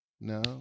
No